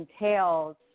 entails